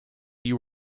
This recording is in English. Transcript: you